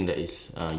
ya but